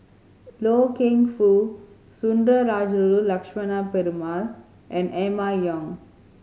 Loy Keng Foo Sundarajulu Lakshmana Perumal and Emma Yong